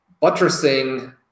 buttressing